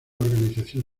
organización